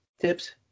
tips